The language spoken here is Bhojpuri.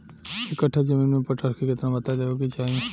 एक कट्ठा जमीन में पोटास के केतना मात्रा देवे के चाही?